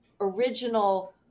original